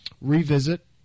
revisit